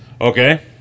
Okay